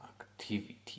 activity